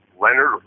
Leonard